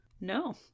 No